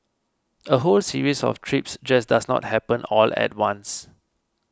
a whole series of trips just does not happen all at once